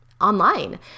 online